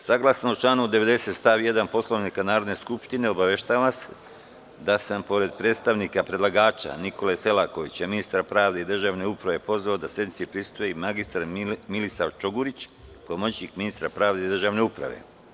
Saglasno članu 90. stav 1. Poslovnika Narodne skupštine, obaveštavam vas da sam, pored predstavnika predlagača Nikole Selakovića, ministra pravde i državne uprave, pozvao da sednici prisustvuje i mr Milisav Čogurić, pomoćnik ministra pravde i državne uprave.